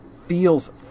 Feels